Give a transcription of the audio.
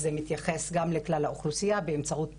זה מתייחס גם לכלל האוכלוסיה באמצעות